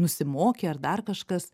nusimokė ar dar kažkas